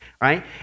right